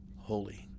Holy